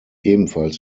ebenfalls